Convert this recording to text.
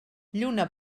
lluna